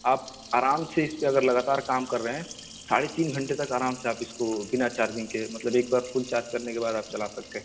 آپ آرام سے اس پہ اگر لگاتار کام کر رہے ہیں ساڑے تین گھنٹے تک آرام سے آپ اس کو بنا چارجنگ کے مطلب ایک بار فل چارج کرنے کے بعد آپ چلا سکتے ہیں